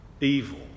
evil